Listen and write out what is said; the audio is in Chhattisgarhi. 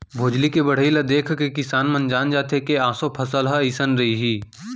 भोजली के बड़हई ल देखके किसान मन जान जाथे के ऑसो फसल ह अइसन रइहि